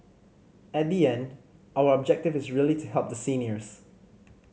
at the end our objective is really to help the seniors